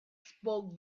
spoke